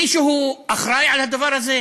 מישהו אחראי לדבר הזה?